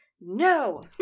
No